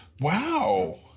Wow